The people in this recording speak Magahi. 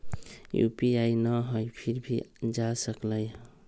यू.पी.आई न हई फिर भी जा सकलई ह?